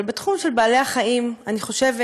אבל בתחום של בעלי-החיים אני חושבת: